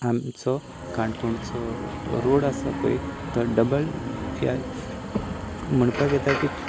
आमचो काणकोणचो रोड आसा पळय तो डबल ह्या म्हणपाक येता की